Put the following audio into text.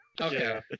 Okay